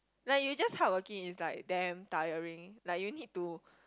like you just hardworking is like damn tiring like you need to